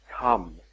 come